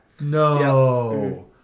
No